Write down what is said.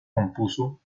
compuso